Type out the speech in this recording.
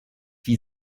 wie